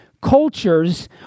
cultures